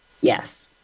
Yes